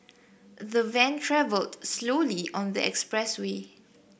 the van travelled slowly on the expressway